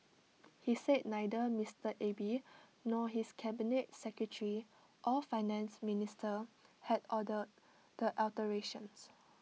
he said neither Mister Abe nor his cabinet secretary or Finance Minister had ordered the alterations